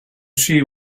see